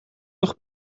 nog